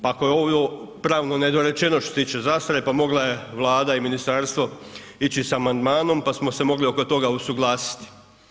Pa ako je ovo pravno nedorečeno što se tiče zastare, pa mogla je Vlada i ministarstvo ići s amandmanom, pa smo se mogli oko toga usuglasiti.